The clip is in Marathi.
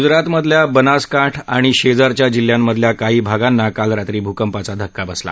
गुजरातमधल्या बनासकांठा आणि शेजारच्या जिल्ह्यांमधल्या काही भागांना काल रात्री भूकंपाचा धक्का बसला